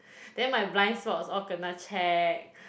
then my blind spots all kena checked